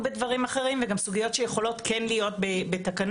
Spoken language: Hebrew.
בדברים אחרים וגם סוגיות שיכולות כן להיות בתקנות,